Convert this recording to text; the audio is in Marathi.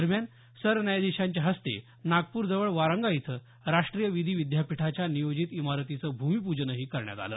दरम्यान सरन्यायाधिशांच्या हस्ते नागपूर जवळ वारंगा इथं राष्ट्रीय विधी विद्यापिठाच्या नियोजित इमारतीचं भूमीपूजनही करण्यात आलं